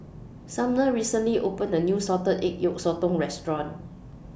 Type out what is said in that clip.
Sumner recently opened A New Salted Egg Yolk Sotong Restaurant